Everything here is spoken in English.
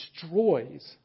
destroys